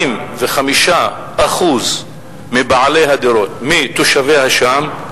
45% מבעלי הדירות מתושביה שם,